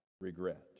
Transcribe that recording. regret